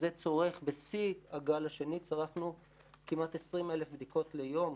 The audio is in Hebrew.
בשיא הגל השני צרכנו כמעט 20,000 בדיקות ליום,